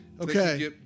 okay